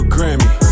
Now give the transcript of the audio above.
Grammy